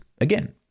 again